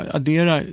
addera